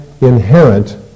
inherent